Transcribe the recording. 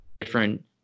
different